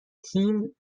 تیم